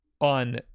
On